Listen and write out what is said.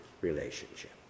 relationship